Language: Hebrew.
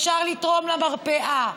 אפשר לתרום למרפאה,